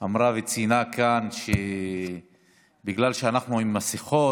אמרה וציינה כאן שבגלל שאנחנו עם מסכות,